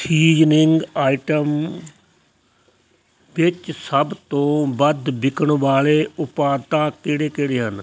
seasoning item ਵਿੱਚ ਸੱਭ ਤੋਂ ਵੱਧ ਬਿਕਨ ਵਾਲੇ ਉਤਪਾਦਾਂ ਕਿਹੜੇ ਕਿਹੜੇ ਹਨ